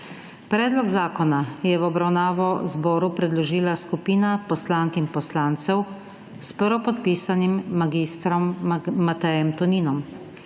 Predlog zakona je v obravnavo zboru predložila skupina poslank in poslancev, s prvopodpisanim mag. Matejem Toninom.